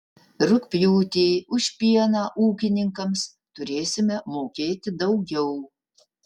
rugpjūtį už pieną ūkininkams turėsime mokėti daugiau